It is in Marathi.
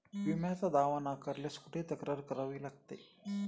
विम्याचा दावा नाकारल्यास कुठे तक्रार करावी लागते?